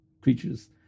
creatures